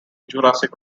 jurassic